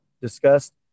discussed